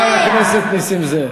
חבר הכנסת נסים זאב.